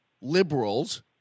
liberals